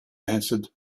answered